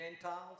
Gentiles